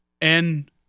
and-